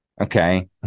okay